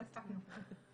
לא הספקנו.